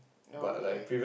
okay